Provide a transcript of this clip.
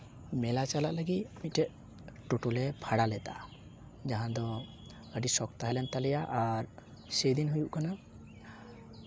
ᱢᱮᱞᱟ ᱪᱟᱞᱟᱜ ᱞᱟᱹᱜᱤᱫ ᱢᱤᱫᱴᱮᱱ ᱴᱳᱴᱳᱞᱮ ᱵᱷᱟᱲᱟ ᱞᱮᱫᱟ ᱡᱟᱦᱟᱸ ᱫᱚ ᱟᱹᱰᱤ ᱥᱚᱠ ᱛᱟᱦᱮᱸ ᱞᱮᱱ ᱛᱟᱞᱮᱭᱟ ᱟᱨ ᱥᱮᱭᱫᱤᱱ ᱦᱩᱭᱩᱜ ᱠᱟᱱᱟ